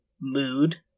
mood